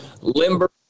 limber